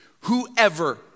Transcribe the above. whoever